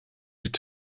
could